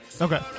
Okay